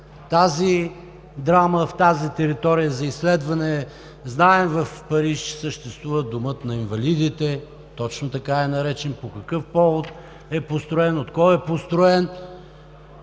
тази драма, в тази територия за изследване. Знаем, че в Париж съществува Домът на инвалидите. Точно така е наречен, по какъв повод е построен, от кой е построен.